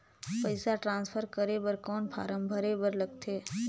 पईसा ट्रांसफर करे बर कौन फारम भरे बर लगथे?